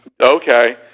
okay